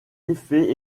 effet